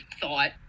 thought